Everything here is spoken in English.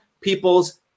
people's